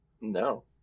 No